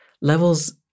levels